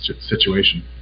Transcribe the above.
situation